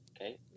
okay